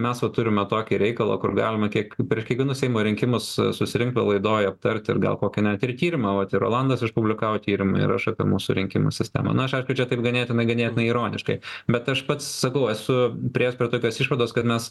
mes va turime tokį reikalą kur galima kiek per kiekvienus seimo rinkimus susirinkti laidoj aptarti ir gal kokį net ir tyrimą vat ir rolandas išpublikavo tyrimą ir aš apie mūsų rinkimų sistemą na aš aišku čia taip ganėtinai ganėtinai ironiškai bet aš pats sakau esu priėjęs prie tokios išvados kad mes